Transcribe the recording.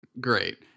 Great